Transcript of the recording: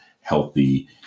healthy